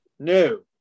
No